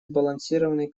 сбалансированный